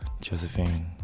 Josephine